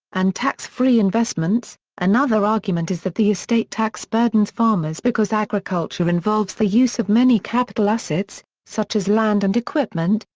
and tax free investments another argument is that the estate tax burdens farmers because agriculture involves the use of many capital assets, such as land and equipment,